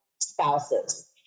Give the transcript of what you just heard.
spouses